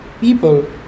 people